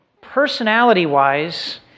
personality-wise